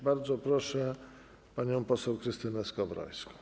Bardzo proszę panią poseł Krystynę Skowrońską.